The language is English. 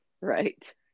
right